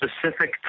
specific